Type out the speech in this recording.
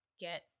get